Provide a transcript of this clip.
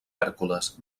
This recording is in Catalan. hèrcules